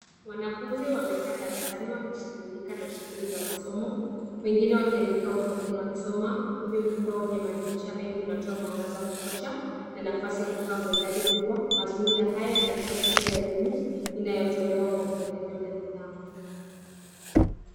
Wanafunzi wamekaa darasani wakishughulika na shughuli za masomo, wengine wakiandika huku wengine wakisoma. Ukumbi mkubwa wenye madirisha mengi unatoa mwangaza wa kutosha na nafasi ya kukaa kwa idadi kubwa. Mazingira haya yanatoa taswira ya elimu inayotolewa kwa mpangilio na nidhamu.